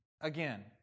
Again